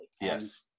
Yes